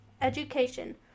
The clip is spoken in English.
education